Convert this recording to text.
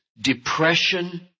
depression